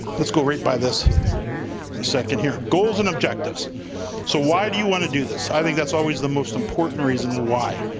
let's go right by this in a second here. goals and objectives so why do you wanna do this? i think that's always the most important reason why.